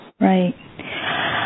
Right